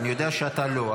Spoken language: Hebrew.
אני יודע שאתה לא,